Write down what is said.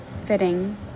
fitting